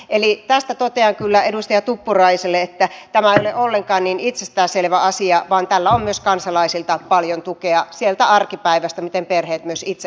eli tästä totean kyllä edustaja tuppuraiselle että tämä ei ole ollenkaan niin itsestään selvä asia vaan tällä on myös kansalaisilta paljon tukea sieltä arkipäivästä miten perheet myös itse ajattelevat